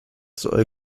soll